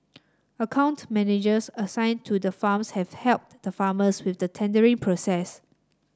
account managers assigned to the farms have helped the farmers with the tendering process